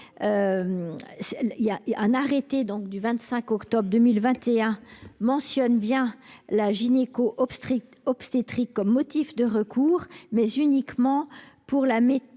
Un arrêté du 25 octobre 2021 mentionne bien la « gynéco-obstétrique » comme motif de recours, mais uniquement pour la